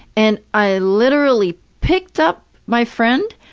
and i literally picked up my friend,